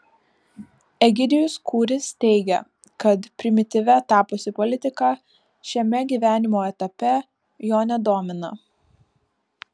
egidijus kūris teigia kad primityvia tapusi politika šiame gyvenimo etape jo nedomina